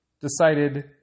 decided